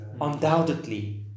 Undoubtedly